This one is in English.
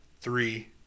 three